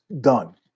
done